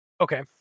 Okay